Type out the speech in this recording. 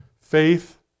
Faith